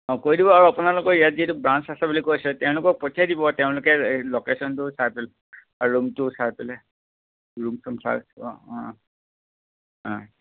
অঁ কৰি দিব আৰু আপোনালোকৰ ইয়াত যিহেতু ব্ৰাঞ্চ আছে বুলি কৈছে তেওঁলোকক পঠিয়াই দিব তেওঁলোকে এই ল'কেচনটো চাই পেলাই আৰু ৰুমটো চাই পেলাই ৰুম চুম চাই অঁ অঁ অঁ অঁ